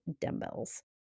dumbbells